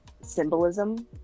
symbolism